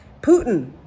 Putin